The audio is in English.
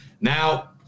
Now